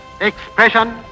expression